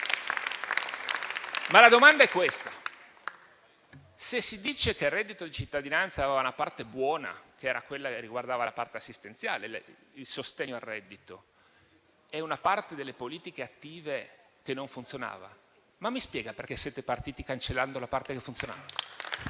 Ma la domanda è questa: se si dice che il reddito di cittadinanza aveva una parte buona, che era quella che riguardava la parte assistenziale, ossia il sostegno al reddito, e una parte delle politiche attive che non funzionava, mi spiega perché siete partiti cancellando la parte che funzionava?